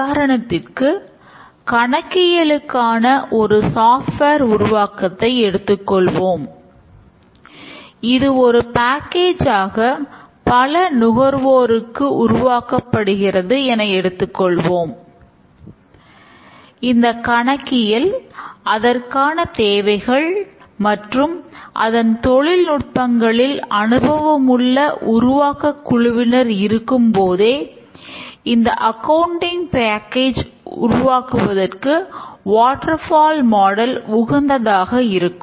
உதாரணத்திற்கு கணக்கியல் உகந்ததாக இருக்கும்